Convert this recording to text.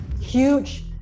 huge